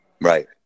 Right